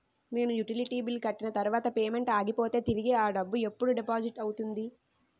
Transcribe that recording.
నేను utility bill కట్టిన తర్వాత పేమెంట్ ఆగిపోతే తిరిగి అ డబ్బు ఎప్పుడు డిపాజిట్ అవుతుంది?